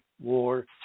War